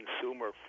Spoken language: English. consumer